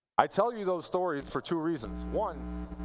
i tell you those stories for two reasons. one,